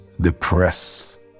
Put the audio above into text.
depressed